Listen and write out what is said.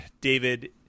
David